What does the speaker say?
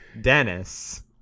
Dennis